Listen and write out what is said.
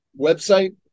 website